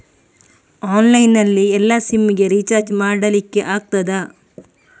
Online ನಲ್ಲಿ ಎಲ್ಲಾ sim ಗೆ ರಿಚಾರ್ಜ್ ಮಾಡಲಿಕ್ಕೆ ಆಗ್ತದಾ?